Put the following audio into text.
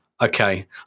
okay